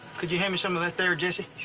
could you hand me some of that there, jesse?